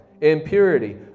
impurity